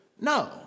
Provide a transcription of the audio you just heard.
No